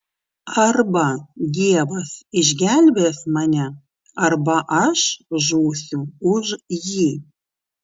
arba dievas išgelbės mane arba aš žūsiu už jį